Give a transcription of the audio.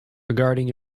regarding